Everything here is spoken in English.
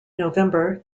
november